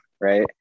right